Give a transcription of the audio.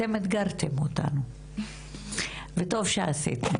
אתם אתגרתם אותנו וטוב שעשיתן